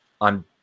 on